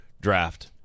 draft